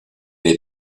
est